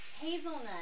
hazelnut